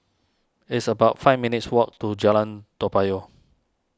it's about five minutes' walk to Jalan Toa Payoh